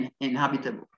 inhabitable